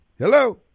Hello